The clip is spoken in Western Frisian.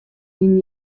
dyn